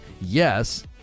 yes